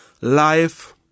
life